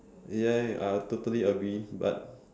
ya I totally agree but